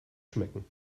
schmecken